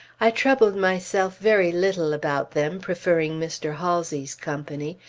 i troubled myself very little about them, preferring mr. halsey's company,